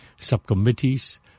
Subcommittees